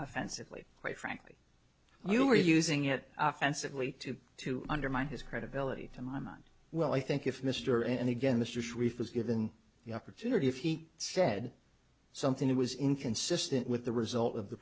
offensively quite frankly you were using it offensively to to undermine his credibility in my mind well i think if mr and again the sharif was given the opportunity if he said something that was inconsistent with the result of the